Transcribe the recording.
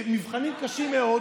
מבחנים קשים מאוד,